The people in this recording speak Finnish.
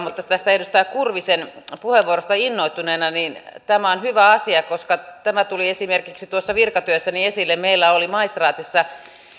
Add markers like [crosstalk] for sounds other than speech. [unintelligible] mutta tästä edustaja kurvisen puheenvuorosta innoittuneena tämä on hyvä asia koska tämä tuli esimerkiksi tuossa virkatyössäni esille meillä oli maistraatissa